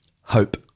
Hope